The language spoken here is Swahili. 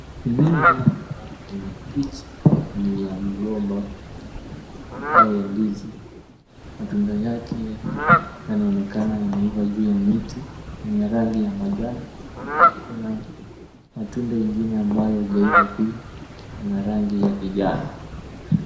Mimea inayoonekana kwenye picha ni ya mgomba au ya ndizi. Matunda yake yanaonekana yameiva juu ya miti ni ya rangi ya manjano. Kuna matunda ingine ambayo hijaiva pia ina rangi ya kijani.